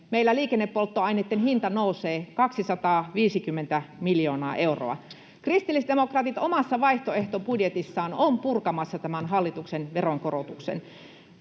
meillä liikennepolttoaineitten hinta nousee 250 miljoonaa euroa. Kristillisdemokraatit omassa vaihtoehtobudjetissaan ovat purkamassa tämän hallituksen veronkorotuksen.